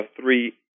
three